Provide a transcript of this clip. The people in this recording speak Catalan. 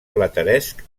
plateresc